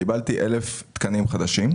קיבלתי 1,000 תקנים חדשים.